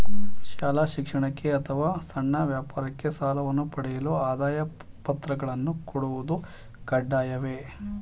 ಶಾಲಾ ಶಿಕ್ಷಣಕ್ಕೆ ಅಥವಾ ಸಣ್ಣ ವ್ಯಾಪಾರಕ್ಕೆ ಸಾಲವನ್ನು ಪಡೆಯಲು ಆದಾಯ ಪತ್ರಗಳನ್ನು ಕೊಡುವುದು ಕಡ್ಡಾಯವೇ?